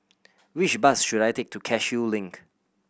which bus should I take to Cashew Link